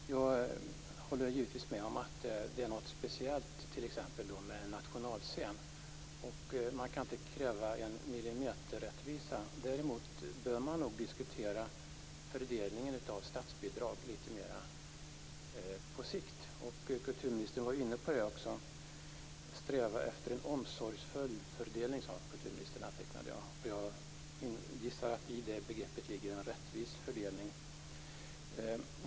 Fru talman! Jag håller givetvis med om att det är något speciellt med t.ex. en nationalscen. Det går inte att kräva en millimeterrättvisa. Däremot bör man nog diskutera fördelningen av statsbidrag lite mer på sikt, vilket kulturministern också var inne på. Jag antecknade att kulturministern sade: Sträva mot en mer omsorgsfull fördelning. Jag gissar att i detta begrepp ligger en rättvis fördelning.